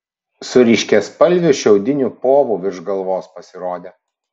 su ryškiaspalviu šiaudiniu povu virš galvos pasirodė